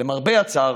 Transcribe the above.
למרבה הצער,